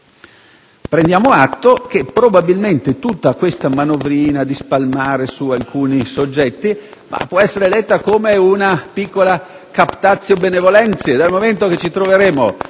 Prendiamo atto che probabilmente questa manovrina, che si spalma su alcuni soggetti, può essere letta come una piccola *captatio benevolentiae*: dal momento che ci troveremo,